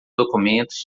documentos